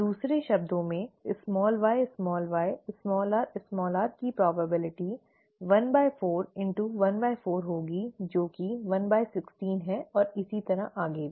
दूसरे शब्दों में yyrr की संभावना ¼ x ¼ होगी जो कि 116 है और इसी तरह आगे भी